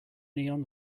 neon